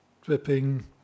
dripping